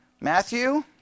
Matthew